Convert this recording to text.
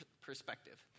perspective